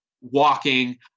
walking